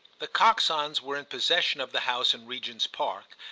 the coxons were in possession of the house in regent's park,